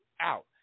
out